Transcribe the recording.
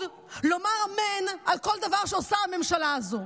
לומר אמן על כל דבר שעושה הממשלה הזו,